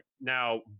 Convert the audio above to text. Now